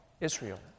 Israel